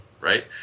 Right